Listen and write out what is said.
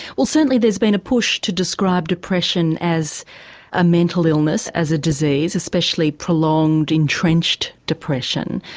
well certainly there's been a push to describe depression as a mental illness, as a disease, especially prolonged, entrenched depression.